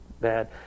bad